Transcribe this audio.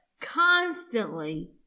constantly